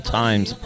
times